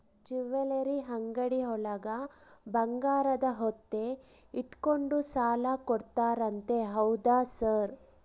Jewellery ಅಂಗಡಿಯೊಳಗ ಬಂಗಾರ ಒತ್ತೆ ಇಟ್ಕೊಂಡು ಸಾಲ ಕೊಡ್ತಾರಂತೆ ಹೌದಾ ಸರ್?